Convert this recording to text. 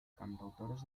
cantautores